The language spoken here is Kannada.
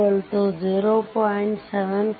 75 ampere